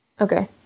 Okay